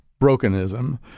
brokenism